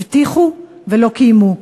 הבטיחו ולא קיימו.